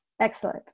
Excellent